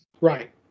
right